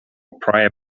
prior